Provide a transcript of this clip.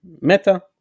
Meta